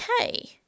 okay